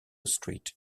street